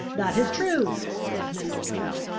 that is true, said mr. tyrrel,